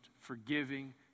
forgiving